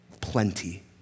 plenty